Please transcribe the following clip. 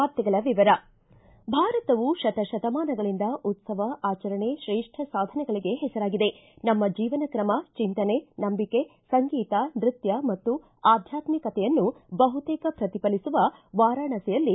ವಾರ್ತೆಗಳ ವಿವರ ಭಾರತವು ಶತ ಶತಮಾನಗಳಿಂದ ಉತ್ಸವ ಆಚರಣೆ ಶ್ರೇಷ್ಠ ಸಾಧನೆಗಳಿಗೆ ಹೆಸರಾಗಿದೆ ನಮ್ಮ ಜೀವನ ಕ್ರಮ ಚಿಂತನೆ ನಂಬಿಕೆ ಸಂಗೀತ ನೃತ್ಯ ಮತ್ತು ಆಧ್ಯಾತ್ಮಿಕತೆಯನ್ನು ಬಹುತೇಕ ಪ್ರತಿಫಲಿಸುವ ವಾರಾಣಸಿಯಲ್ಲಿ